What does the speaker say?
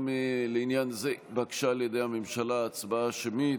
גם לעניין זה התבקשה על ידי הממשלה הצבעה שמית.